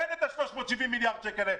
אין את ה-370 מיליארד שקל האלה.